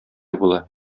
була